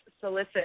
solicit